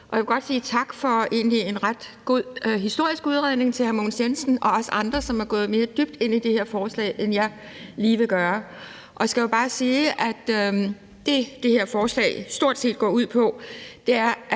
Jensen for en egentlig ret god historisk udredning og også andre, som er gået mere dybt ind i det her forslag, end jeg lige vil gøre. Jeg vil bare sige, at det, som det her forslag stort set går ud på, er,